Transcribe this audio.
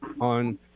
on